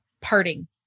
parting